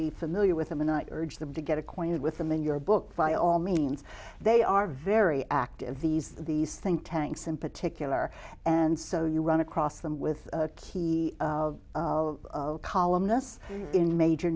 be familiar with them and not urge them to get acquainted with them in your book by all means they are very active these these think tanks in particular and so you run across them with key columnists in major